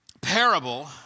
parable